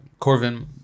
Corvin